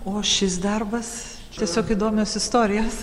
o šis darbas tiesiog įdomios istorijos